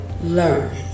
learn